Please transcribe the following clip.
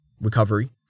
Recovery